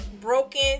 broken